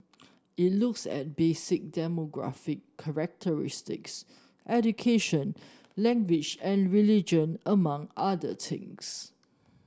it looks at basic demographic characteristics education language and religion among other things